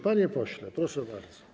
Panie pośle, proszę bardzo.